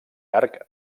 arc